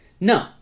No